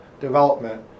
development